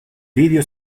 video